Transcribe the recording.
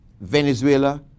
Venezuela